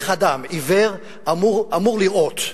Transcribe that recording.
איך אדם עיוור אמור לראות,